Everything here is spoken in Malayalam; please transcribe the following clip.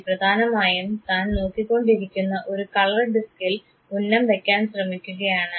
കുട്ടി പ്രധാനമായും താൻ നോക്കിക്കൊണ്ടിരിക്കുന്ന ഒരു കളർ ഡിസ്കിൽ ഉന്നം വെക്കാൻ ശ്രമിക്കുകയാണ്